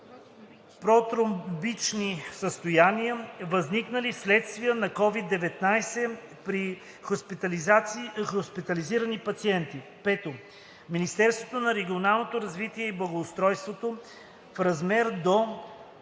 протромботични състояния, възникнали вследствие на COVID-19 при хоспитализирани пациенти. 5. Министерството на регионалното развитие и благоустройството - в размер до